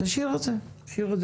תשאיר את זה כרגע.